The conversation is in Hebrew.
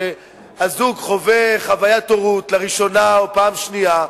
שהזוג חווה חוויית הורות לראשונה או פעם שנייה,